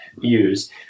use